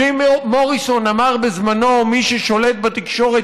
ג'ים מוריסון אמר בזמנו: מי ששולט בתקשורת,